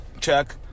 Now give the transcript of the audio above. check